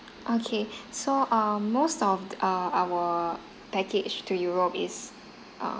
okay so um most of err our package to europe is um